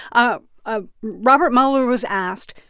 um ah robert mueller was asked,